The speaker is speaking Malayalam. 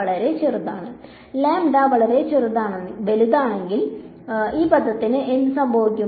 വളരെ വലുതാണ് വളരെ വലുതാണെങ്കിൽ ഈ പദത്തിന് എന്ത് സംഭവിക്കും